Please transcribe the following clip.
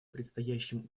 предстоящим